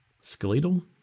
skeletal